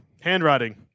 handwriting